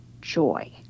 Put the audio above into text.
joy